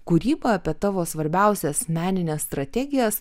kūrybą apie tavo svarbiausias menines strategijas